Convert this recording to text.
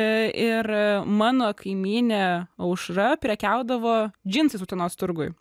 ir mano kaimynė aušra prekiaudavo džinsais utenos turguj